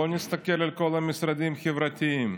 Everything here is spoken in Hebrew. בואו נסתכל על כל המשרדים החברתיים: